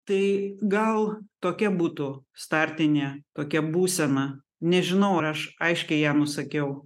tai gal tokia būtų startinė tokia būsena nežinau ar aš aiškiai ją nusakiau